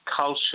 culture